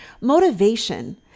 motivation